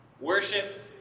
worship